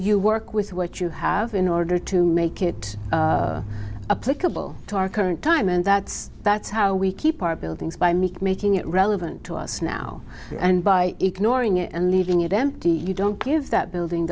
you work with what you have in order to make it a political to our current time and that's that's how we keep our buildings by make making it relevant to us now and by ignoring it and leaving it empty you don't give that building